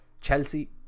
Chelsea